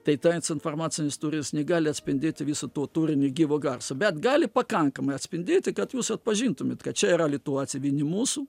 tai tas informacinis tūris negali atspindėti viso to turinio gyvo garso bet gali pakankamai atspindėti kad jūs atpažintumėt kad čia yra lietuva tėvynė mūsų